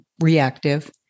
reactive